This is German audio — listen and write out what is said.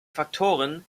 faktoren